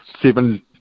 seven